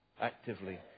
actively